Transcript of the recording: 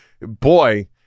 boy